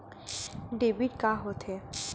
Debit का होथे?